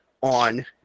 on